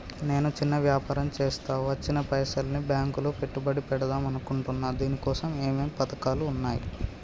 నేను చిన్న వ్యాపారం చేస్తా వచ్చిన పైసల్ని బ్యాంకులో పెట్టుబడి పెడదాం అనుకుంటున్నా దీనికోసం ఏమేం పథకాలు ఉన్నాయ్?